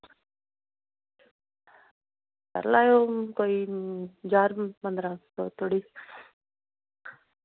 करी लैएओ कोई ज्हार पंदरां सौ धोड़ी